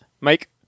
Mike